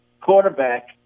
quarterback